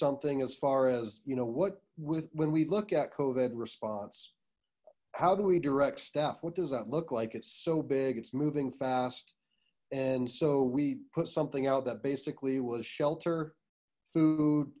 something as far as you know what with when we look at covet response how do we direct staff what does that look like it's so big it's moving fast and so we put something out that basically was shelter food